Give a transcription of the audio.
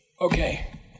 Okay